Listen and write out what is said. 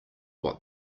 what